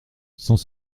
sans